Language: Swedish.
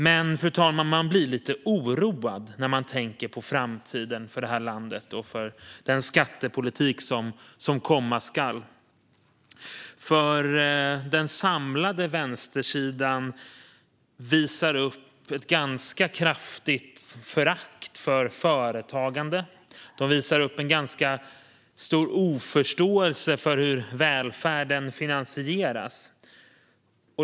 Man blir dock lite oroad, fru talman, när man tänker på framtiden för det här landet och för den skattepolitik som komma skall. Den samlade vänstersidan visar nämligen upp ett ganska kraftigt förakt för företagande. De visar upp en ganska stor oförståelse för hur välfärden finansieras.